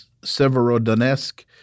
Severodonetsk